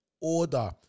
order